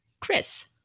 Chris